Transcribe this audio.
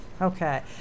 okay